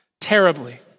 terribly